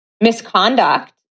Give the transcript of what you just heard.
misconduct